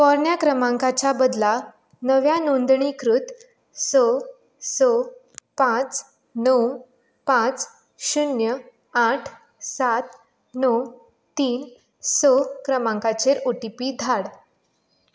पोरन्या क्रमांकाच्या बदला नव्या नोंदणीकृत स स पांच णव पांच शुन्य आठ सात णव तीन स क्रमांकाचेर ओ टी पी धाड